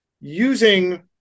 using